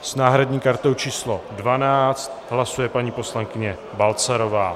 S náhradní kartou číslo 12 hlasuje paní poslankyně Balcarová.